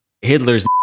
Hitler's